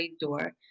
door